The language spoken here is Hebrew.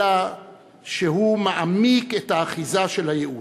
אלא שהוא מעמיק את האחיזה של הייאוש.